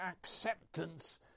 acceptance